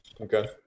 Okay